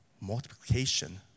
multiplication